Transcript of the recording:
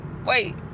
Wait